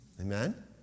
Amen